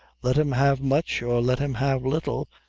let him have much, or let him have little,